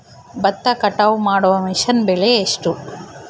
ಭತ್ತ ಕಟಾವು ಮಾಡುವ ಮಿಷನ್ ಬೆಲೆ ಎಷ್ಟು?